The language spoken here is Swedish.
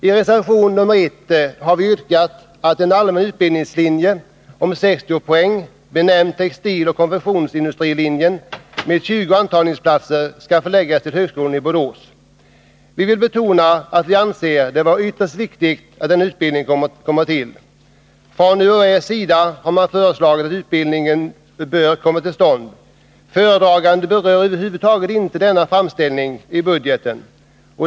I reservation nr 1 har vi yrkat att en allmän utbildningslinje om 60 poäng, benämnd textiloch konfektionsindustrilinjen, med 20 antagningsplatser skall förläggas till högskolan i Borås. Vi vill betona att vi anser det vara ytterst viktigt att denna utbildning kommer till stånd. Från UHÄ:s sida har man föreslagit att utbildningen skall komma till stånd. Föredraganden berör över huvud taget inte denna framställning i budgeten.